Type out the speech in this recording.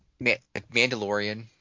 Mandalorian